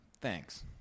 Thanks